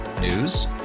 News